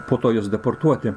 po to juos deportuoti